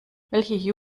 welche